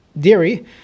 dairy